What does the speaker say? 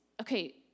Okay